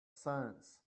science